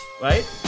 Right